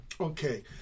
Okay